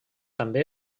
també